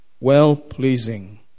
well-pleasing